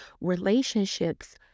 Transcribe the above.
relationships